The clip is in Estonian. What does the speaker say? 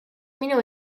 minu